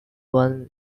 one